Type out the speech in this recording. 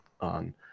on